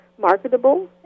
marketable